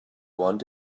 want